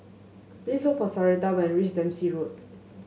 please look for Sarita when you reach Dempsey Road